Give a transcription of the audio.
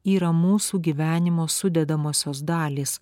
yra mūsų gyvenimo sudedamosios dalys